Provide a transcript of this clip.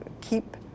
keep